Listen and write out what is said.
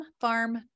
Farm